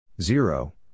Zero